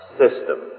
system